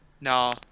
No